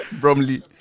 bromley